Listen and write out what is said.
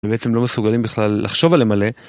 הם בעצם לא מסוגלים בכלל לחשוב עליהם מלא.